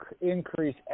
increase